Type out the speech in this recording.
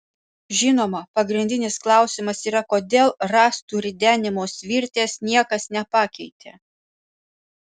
žinoma pagrindinis klausimas yra kodėl rąstų ridenimo svirties niekas nepakeitė